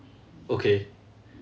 okay